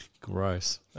Gross